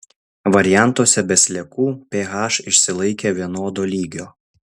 variantuose be sliekų ph išsilaikė vienodo lygio